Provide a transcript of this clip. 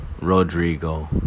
Rodrigo